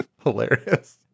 hilarious